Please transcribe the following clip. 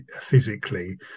physically